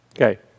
Okay